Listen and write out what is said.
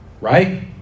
right